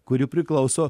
kuri priklauso